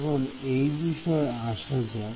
এখন এই বিষয়ে আসা যাক